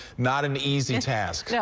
not an easy task. yeah